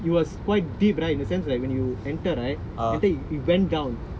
it was quite deep right in the sense like when you enter right enter it went down